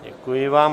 Děkuji vám.